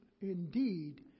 indeed